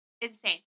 insane